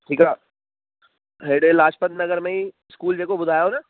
ठीकु आहे हेॾे लाजपत नगर में ई स्कूल जेको ॿुधायो न